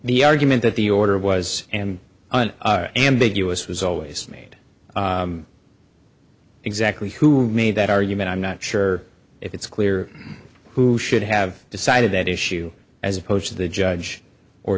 the argument that the order was an ambiguous was always made exactly who made that argument i'm not sure if it's clear who should have decided that issue as opposed to the judge or